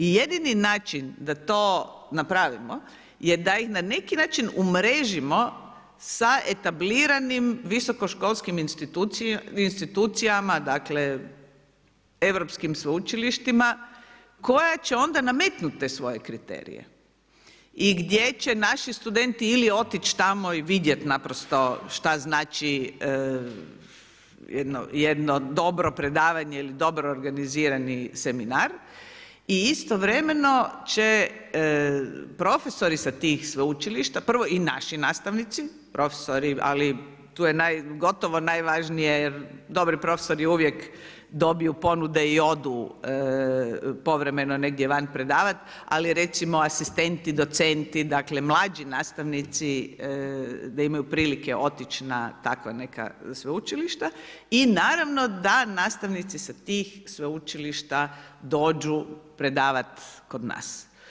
Jedini način da to napravimo je da ih na neki način umrežimo sa etabliranim visokoškolskim institucijama, dakle europskim sveučilištima koja će onda nametnuti te svoje kriterije i gdje će naši studenti ili otići tamo i vidjet naprosto šta znači jedno dobro predavanje ili dobro organizirani seminar i istovremeno će profesori sa tih sveučilišta, prvo i naši nastavnici, profesori ali tu je gotovo najvažnije jer dobri profesori uvijek dobiju ponude i odu povremeno negdje van predavati, ali recimo asistenti, docenti, dakle mlađi nastavnici da imaju prilike otići na tako neka sveučilišta i naravno da nastavnici sa tih sveučilišta dođu predavati kod nas.